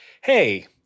hey